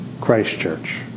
Christchurch